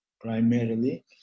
primarily